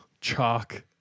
chalk